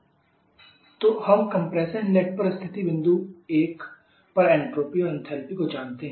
TE तो हम compressor inlet पर स्थिति बिंदु 1 पर एन्ट्रॉपी और एंथैल्पी को जानते हैं